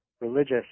Religious